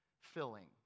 filling